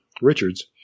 Richards